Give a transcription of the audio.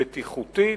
הבטיחותית.